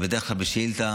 בדרך כלל בשאילתה